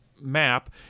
map